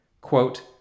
Quote